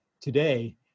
today